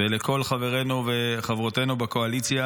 ולכל חברינו וחברותינו בקואליציה,